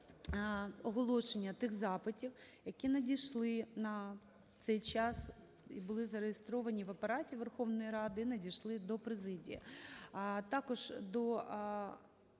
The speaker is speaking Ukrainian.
оголошення тих запитів, які надійшли на цей час і були зареєстровані в Апараті Верховної Ради, і надійшли до президії.